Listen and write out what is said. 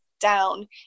down